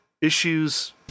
issues